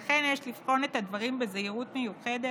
לכן יש לבחון את הדברים בזהירות מיוחדת